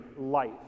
life